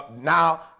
Now